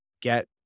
get